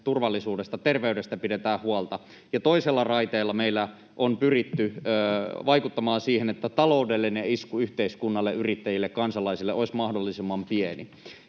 turvallisuudesta, terveydestä, pidetään huolta, ja toisella raiteella meillä on pyritty vaikuttamaan siihen, että taloudellinen isku yhteiskunnalle, yrittäjille, kansalaisille olisi mahdollisimman pieni.